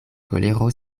kolero